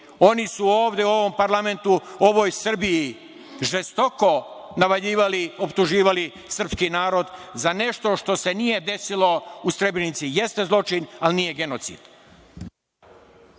oni su ovde u ovom parlamentu ovoj Srbiji žestoko navaljivali, optuživali srpski narod za nešto što se nije desilo u Srebrenici. Jeste zločin, ali nije genocid.(Muamer